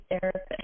therapist